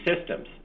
systems